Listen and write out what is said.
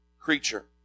Creature